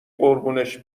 قربونش